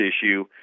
issue